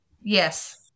Yes